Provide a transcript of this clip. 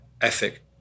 ethic